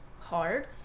hard